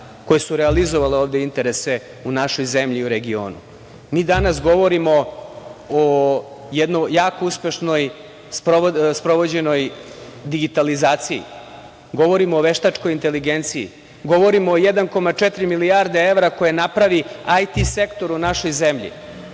koje su realizovale ovde interese u našoj zemlji i regionu, mi danas govorimo o jedno jako uspešno sprovedenoj digitalizaciji, govorimo o veštačkoj inteligenciji, govorimo o 1,4 milijarde evra koje napravi IT sektor u našoj zemlji,